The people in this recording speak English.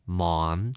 mom